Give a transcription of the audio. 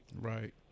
right